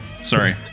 Sorry